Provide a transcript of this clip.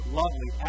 lovely